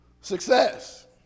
Success